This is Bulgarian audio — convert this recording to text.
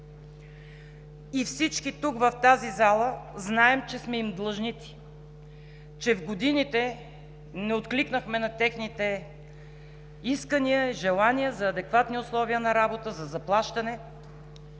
Всички в тази зала знаем, че сме им длъжници, че в годините не откликнахме на техните искания, желания за адекватни условия на работа, за заплащане.